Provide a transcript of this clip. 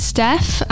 Steph